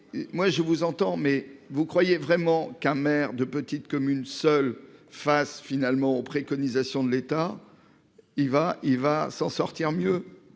moi je vous entends. Mais vous croyez vraiment qu'un maire de petite commune seul face finalement aux préconisations de l'État. Il va, il va s'en sortir mieux